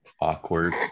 awkward